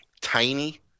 tiny